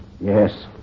Yes